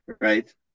right